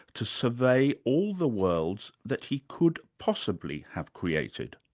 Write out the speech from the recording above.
to survey all the worlds that he could possibly have created.